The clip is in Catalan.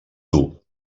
dur